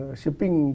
shipping